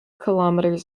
kilometres